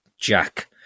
Jack